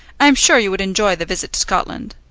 i am sure you would enjoy the visit to scotland.